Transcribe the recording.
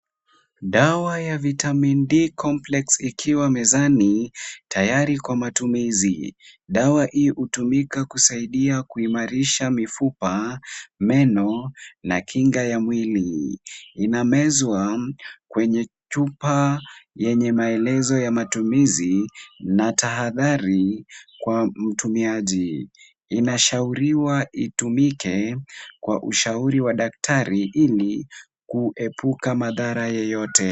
Dawa ya vitamini D complex ikiwa mezani tayari kwa matumizi. Dawa hii hutimika kusaidia kusaidia kuimarisha mifupa, meno na kinga ya mwili. Inamezwa kwenye chupa yenye maelezo ya matumizi na tahadhari kwa mtumiaji. Inashauriwa itumike kwa ushauri wa daktari ili kuepuka madhara yoyote.